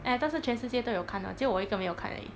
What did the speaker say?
and I thought 是全世界都有看只有我一个没有看而已